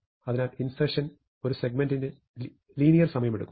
അതിനാൽ ഇൻസെർഷൻ ഒരു സെഗ്മെന്റിന് ലീനിയർ സമയം എടുക്കുന്നു